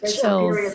chills